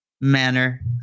manner